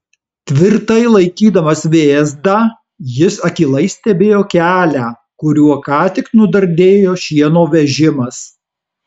tvirtai laikydamas vėzdą jis akylai stebėjo kelią kuriuo ką tik nudardėjo šieno vežimas